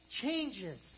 changes